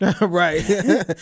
right